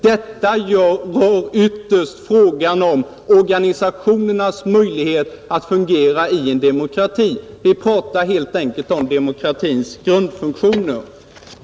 Det gäller ytterst frågan om organisationernas möjligheter att fungera i en demokrati. Vi talar helt enkelt om demokratins grundfunktioner.